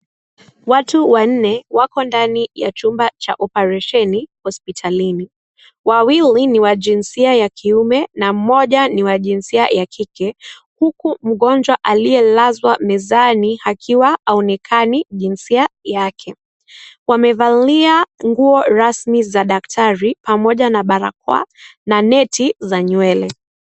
Watu, wanne, wako ndani ya chumba cha operesheni, hosipitalini. Wawili ni wa jinsia ya kiume, na mmoja ni wa jinsia ya kike, huku mgonjwa aliyelazwa mezani, akiwa haonekani jinsia yake. Wamevalia nguo rasmi za daktari pamoja na barakoa na neti za nywele.